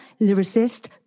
lyricist